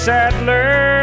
Sadler